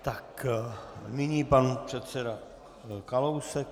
Tak, nyní pan předseda Kalousek.